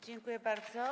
Dziękuję bardzo.